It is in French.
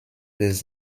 des